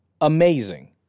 amazing